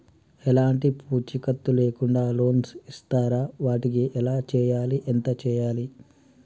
ఎలాంటి పూచీకత్తు లేకుండా లోన్స్ ఇస్తారా వాటికి ఎలా చేయాలి ఎంత చేయాలి?